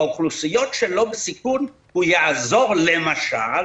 באוכלוסיות שלא בסיכון הוא יעזור למשל